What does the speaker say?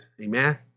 Amen